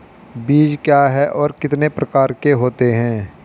बीज क्या है और कितने प्रकार के होते हैं?